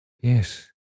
yes